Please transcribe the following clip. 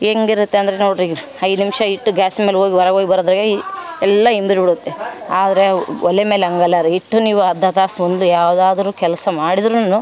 ಹೆಂಗಿರುತ್ತೆ ಅಂದರೆ ನೋಡ್ರಿ ಐದು ನಿಮಿಷ ಇಟ್ಟು ಗ್ಯಾಸಿನ ಮೇಲೆ ಹೋಗಿ ಹೊರಗ್ ಹೋಯ್ ಬರೋದ್ರಾಗೆ ಈ ಎಲ್ಲ ಇಂಬ್ರ್ ಬಿಡುತ್ತೆ ಆದರೆ ಒಲೆ ಮೇಲೆ ಹಂಗಲ್ಲ ರೀ ಇಟ್ಟು ನೀವು ಅರ್ಧ ತಾಸು ಒಂದು ಯಾವುದಾದ್ರು ಕೆಲಸ ಮಾಡಿದ್ರು